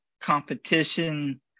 competition